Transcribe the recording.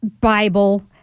Bible